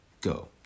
go